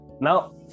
Now